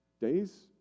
Days